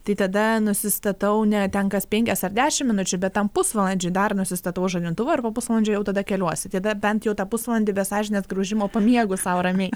tai tada nusistatau ne ten kas penkios ar dešim minučių bet tam pusvalandžiui dar nusistatau žadintuvą ir po pusvalandžio jau tada keliuosi tai tada bent jau tą pusvalandį be sąžinės graužimo pamiegu sau ramiai